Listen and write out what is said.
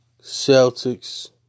Celtics